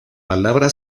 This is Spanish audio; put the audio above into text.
palabra